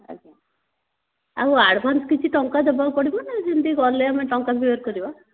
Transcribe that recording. ଆଜ୍ଞା ଆଉ ଆଡ଼ଭାନ୍ସ କିଛି ଟଙ୍କା ଦେବାକୁ ପଡ଼ିବ ନା ସେମିତି ଗଲେ ଆମେ ଟଙ୍କା କ୍ଲିୟର୍ କରିବା